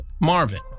Marvin